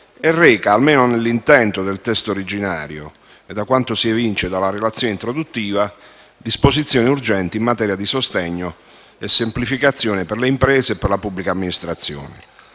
e reca, almeno nell'intento del testo originario e da quanto si evince dalla relazione introduttiva, disposizioni urgenti in materia di sostegno e semplificazione per le imprese e per la pubblica amministrazione,